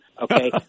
Okay